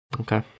Okay